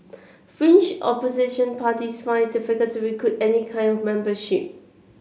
fringe opposition parties find it difficult to recruit any kind of membership